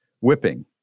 whipping